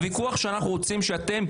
אנחנו רוצים שאתם,